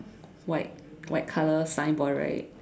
white white color signboard right